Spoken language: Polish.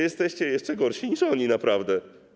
Jesteście jeszcze gorsi niż oni, naprawdę.